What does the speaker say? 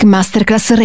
Masterclass